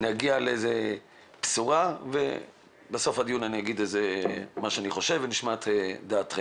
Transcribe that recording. נגיע לבשורה ובסוף הדיון אגיד את מה שאני חושב ואשמע את דעתכם.